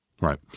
Right